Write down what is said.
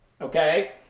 okay